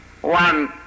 one